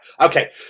Okay